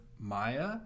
Maya